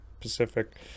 Pacific